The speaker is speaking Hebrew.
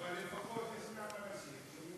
לפחות יש כאלה שנמצאים.